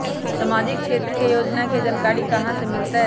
सामाजिक क्षेत्र के योजना के जानकारी कहाँ से मिलतै?